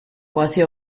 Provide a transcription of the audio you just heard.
quasi